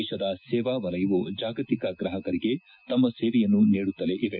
ದೇಶದ ಸೇವಾ ವಲಯವು ಜಾಗತಿಕ ಗಾಪಕರಿಗೆ ತಮ್ಮ ಸೇವೆಯನ್ನು ನೀಡುತ್ತಲೇ ಇವೆ